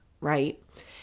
right